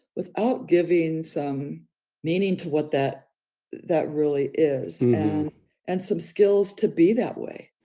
without giving some meaning to what that that really is. and some skills to be that way.